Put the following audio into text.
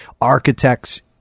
Architects